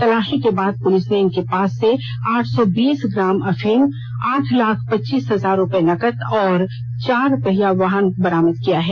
तलाशी के बाद पुलिस ने इनके पास से आठ सौ बीस ग्राम अफीम आठ लाख पच्चास हजार रूपये नकद और एक चार पहिया वाहन बरामद किया है